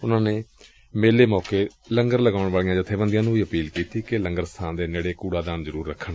ਉਨੂਾ ਨੇ ਮੇਲੇ ਮੌਕੇ ਲੰਗਰ ਲਗਾਉਣ ਵਾਲੀਆਂ ਜਥੇਬੰਦੀਆਂ ਨੂੰ ਵੀ ਅਪੀਲ ਕੀਤੀ ਕਿ ਲੰਗਰ ਸਬਾਨ ਦੇ ਨੇੜੇ ਕੁੜਾਦਾਨ ਜ਼ਰੁਰ ਰੱਖਣ